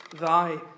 thy